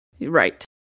right